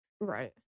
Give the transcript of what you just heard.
Right